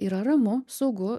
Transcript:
yra ramu saugu